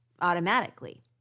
automatically